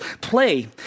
play